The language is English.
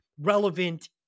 relevant